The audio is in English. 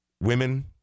women